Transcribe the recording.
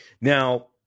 Now